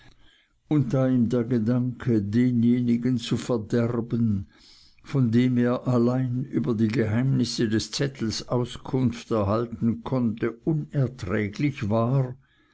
und da ihm der gedanke denjenigen zu verderben von dem er allein über die geheimnisse des zettels auskunft erhalten konnte unerträglich war